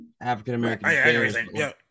African-American